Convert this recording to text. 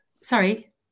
sorry